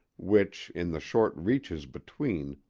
which, in the short reaches between,